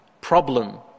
problem